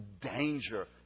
danger